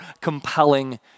compelling